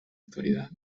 actualidad